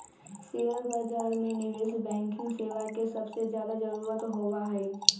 share बाजार में निवेश बैंकिंग सेवा के सबसे ज्यादा जरूरत होबा हई